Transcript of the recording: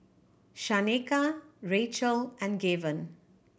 Shaneka Rachael and Gaven